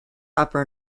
upper